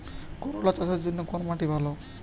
করলা চাষের জন্য কোন মাটি ভালো?